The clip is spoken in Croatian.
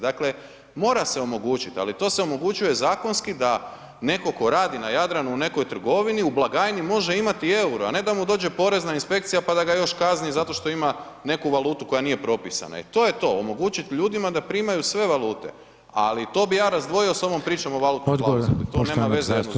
Dakle, mora se omogućit, ali to se omogućuje zakonski da netko tko radi na Jadranu u nekoj trgovini, u blagajni može imati EUR-o, a ne da mu dođe porezna inspekcija, pa da ga još kazni zato što ima neku valutu koja nije propisana i to je to, omogućit ljudima da primaju sve valute, ali to bi ja razdvojio s ovom pričom o valutnoj klauzuli [[Upadica: Odgovor poštovanog zastupnika Bunjca]] to nema veze jedno s drugim.